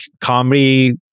comedy